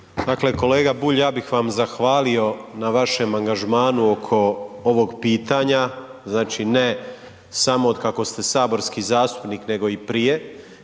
Dakle, kolega Bulj, ja bi vam zahvalio na vašem angažmanu oko ovog pitanja, znači, ne samo otkako ste saborski zastupnik, nego i prije,